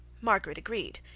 margaret agreed,